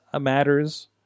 matters